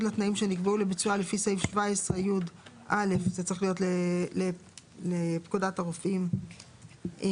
לתנאים שנקבעו לביצועה לפי סעיף 17י(א) לפקודת הרופאים,